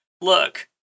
Look